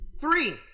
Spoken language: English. Three